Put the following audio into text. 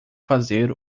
fazer